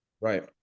right